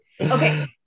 Okay